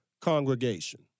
congregation